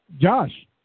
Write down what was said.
Josh